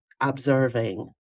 observing